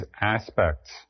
aspects